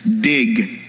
Dig